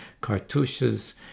cartouches